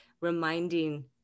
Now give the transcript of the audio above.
reminding